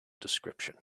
description